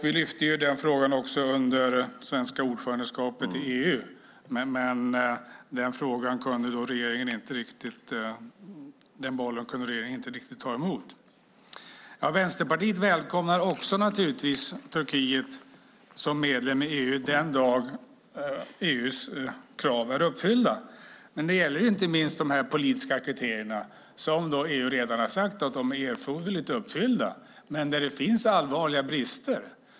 Vi lyfte upp denna fråga också under det svenska ordförandeskapet i EU, men den bollen kunde då regeringen inte riktigt ta emot. Vänsterpartiet välkomnar naturligtvis också Turkiet som medlem i EU den dag EU:s krav är uppfyllda. Det gäller dock inte minst de politiska kriterier som EU redan har sagt att är erforderligt uppfyllda men där det finns allvarliga brister.